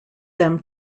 them